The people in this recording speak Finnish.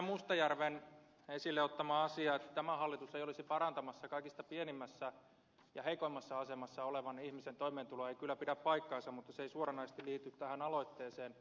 mustajärven esille ottama asia että tämä hallitus ei olisi parantamassa kaikista heikoimmassa asemassa olevan ihmisen toimeentuloa ei kyllä pidä paikkaansa mutta se ei suoranaisesti liity tähän aloitteeseen